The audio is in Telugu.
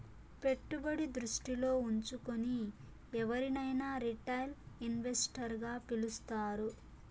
పెట్టుబడి దృష్టిలో ఉంచుకుని ఎవరినైనా రిటైల్ ఇన్వెస్టర్ గా పిలుస్తారు